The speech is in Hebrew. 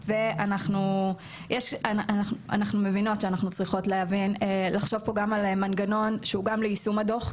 אנחנו מבינות שאנחנו צריכות לחשוב פה גם על מנגנון שהוא גם ליישום הדוח,